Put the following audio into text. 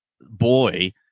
boy